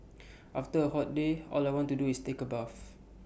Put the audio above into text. after A hot day all I want to do is take A bath